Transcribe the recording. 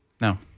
No